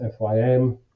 FYM